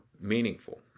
meaningful